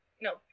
no